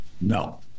No